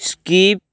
skip